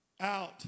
out